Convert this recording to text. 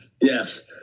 Yes